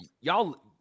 y'all